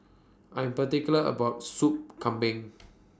I Am particular about Sup Kambing